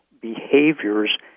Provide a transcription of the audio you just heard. behaviors